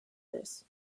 this